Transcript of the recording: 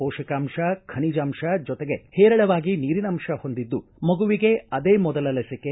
ಮೋಷಕಾಂಶ ಖನಿಜಾಂಶ ಜೊತೆಗೆ ಹೇರಳವಾಗಿ ನೀರಿನಂಶ ಹೊಂದಿದ್ದು ಮಗುವಿಗೆ ಅದೇ ಮೊದಲ ಲಸಿಕೆ